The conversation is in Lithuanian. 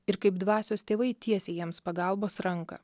ir kaip dvasios tėvai tiesia jiems pagalbos ranką